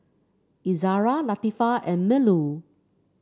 Izzara Latifa and Melur